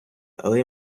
але